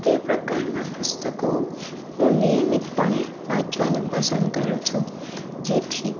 તે પ્રકારના પુસ્તકો હું નિયમિત પણે વાંચવાનું પસંદ કરું છું જેથી